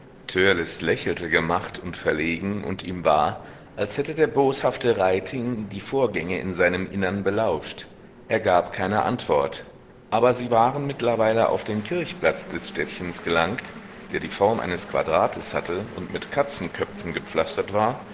lächelte gemacht und verlegen und ihm war als hätte der boshafte reiting die vorgänge in seinem innern belauscht er gab keine antwort aber sie waren mittlerweile auf den kirchplatz des städtchens gelangt der die form eines quadrates hatte und mit katzenköpfen gepflastert war